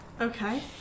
Okay